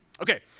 Okay